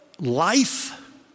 life